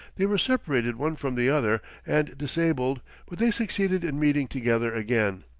they were separated one from the other, and disabled, but they succeeded in meeting together again,